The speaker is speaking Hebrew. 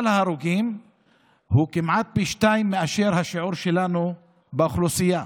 ההרוגים הוא כמעט פי שניים מהשיעור שלנו באוכלוסייה,